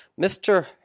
Mr